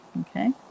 okay